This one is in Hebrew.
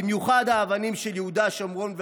במיוחד האבנים של יהודה, שומרון והגליל.